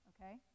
okay